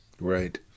Right